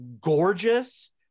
gorgeous